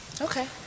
Okay